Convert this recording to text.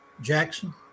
Jackson